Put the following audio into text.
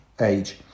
age